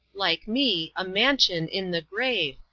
like me, a mansion in the grave,